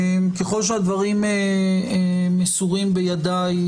ככל שהדברים מסורים בידיי,